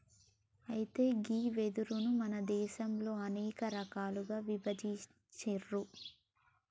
అయితే గీ వెదురును మన దేసంలో అనేక రకాలుగా ఇభజించారు